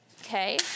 Okay